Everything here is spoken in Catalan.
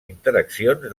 interaccions